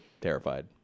terrified